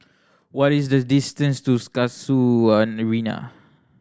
what is the distance to Casuarina